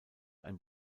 ein